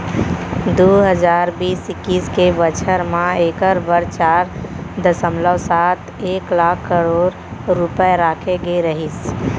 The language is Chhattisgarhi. दू हजार बीस इक्कीस के बछर म एकर बर चार दसमलव सात एक लाख करोड़ रूपया राखे गे रहिस